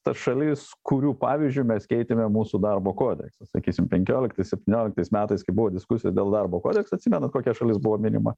tas šalis kurių pavyzdžiu mes keitėme mūsų darbo kodeksą sakysim penkioliktais septynioliktais metais kai buvo diskusija dėl darbo kodekso atsimenat kokia šalis buvo minima